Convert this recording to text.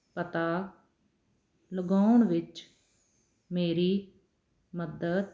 ਪਤਾ ਲਗਾਉਣ ਵਿੱਚ ਮੇਰੀ ਮਦਦ